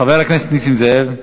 חבר הכנסת נסים זאב.